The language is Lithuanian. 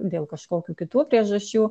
dėl kažkokių kitų priežasčių